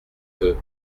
peu